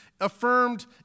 affirmed